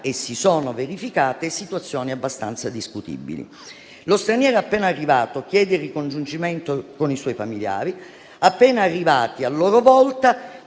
e si sono verificate - situazioni abbastanza discutibili: lo straniero appena arrivato chiede il ricongiungimento con i suoi familiari, che, appena arrivati, a loro volta